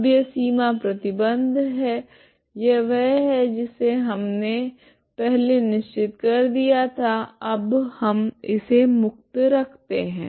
अब यह सीमा प्रतिबंध है यह वह है जिसे हमने पहले निश्चित कर दिया था अब हम इसे मुक्त रखते है